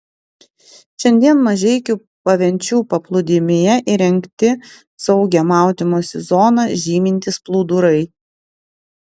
šiandien mažeikių pavenčių paplūdimyje įrengti saugią maudymosi zoną žymintys plūdurai